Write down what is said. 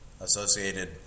associated